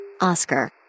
Oscar